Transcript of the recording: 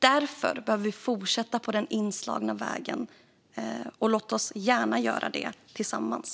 Därför behöver vi fortsätta på den inslagna vägen. Låt oss gärna göra det tillsammans!